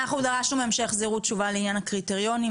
אנחנו דרשנו מהם שיחזירו תשובה לעניין הקריטריונים,